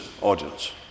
audience